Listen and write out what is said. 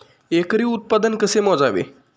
एकरी उत्पादन कसे मोजावे?